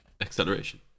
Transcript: Acceleration